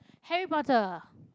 Harry-Potter